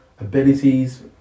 abilities